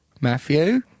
Matthew